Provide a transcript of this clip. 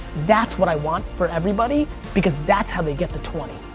that's what i want for everybody because that's how they get the twenty.